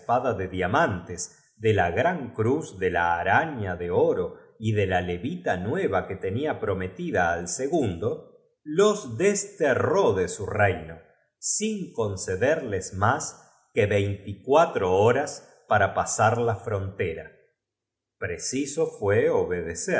de diaman tes de la gran cruz do la araña de oro y de la levita nueva que tenia prometida al segundo los desterró de su reino sin concederles más que veinticuatro horas para pasar la frontera preciso fué